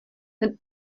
ten